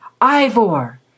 Ivor